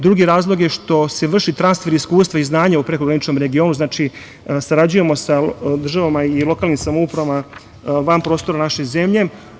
Drugi razlog je što se vrši transfer iskustva i znanja u prekograničnom regionu, znači, sarađujemo sa državama i lokalnim samoupravama van prostora u naše zemlje.